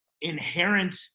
inherent